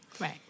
Right